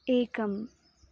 एकम्